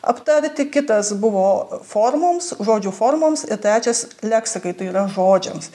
aptarti kitas buvo formoms žodžių formoms ir trečias leksikai tai yra žodžiams